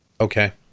okay